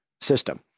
system